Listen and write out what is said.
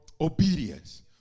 obedience